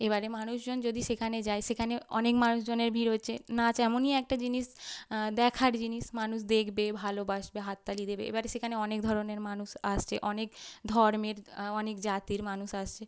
এবারে মানুষজন যদি সেখানে যায় সেখানে অনেক মানুষজনের ভিড় হচ্ছে নাচ এমনই একটা জিনিস দেখার জিনিস মানুষ দেখবে ভালোবাসবে হাততালি দেবে এবারে সেখানে অনেক ধরনের মানুষ আসছে অনেক ধর্মের অনেক জাতের মানুষ আসছে